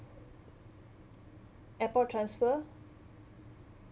airport transfer